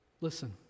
Listen